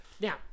Now